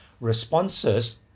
responses